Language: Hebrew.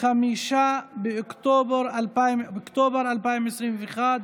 5 באוקטובר 2021,